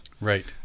Right